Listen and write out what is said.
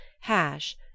hash